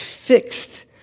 Fixed